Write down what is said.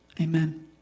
Amen